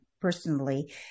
personally